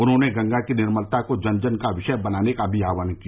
उन्होंने गंगा के निर्मलता को जन जन का विषय बनाने का भी आह्वान किया